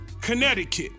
Connecticut